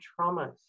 traumas